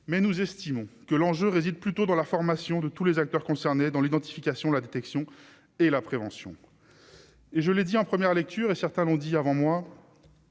mais nous estimons que l'enjeu réside plutôt dans la formation de tous les acteurs concernés dans l'identification, la détection et la prévention, et je l'ai dit, en première lecture et certains l'ont dit avant moi,